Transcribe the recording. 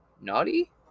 naughty